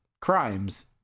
Crimes